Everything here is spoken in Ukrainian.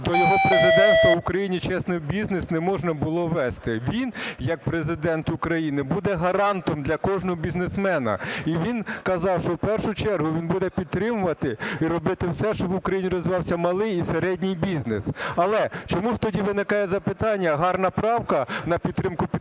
до його президенства в Україні чесний бізнес не можна було вести. Він як Президент України буде гарантом для кожного бізнесмена. І він казав, що в першу чергу він буде підтримувати і робити все, щоб в Україні розвивався малий і середній бізнес. Але чому ж тоді виникає запитання, гарна правка на підтримку підприємництва,